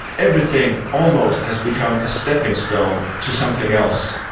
everything almost has become a stepping stone to something else.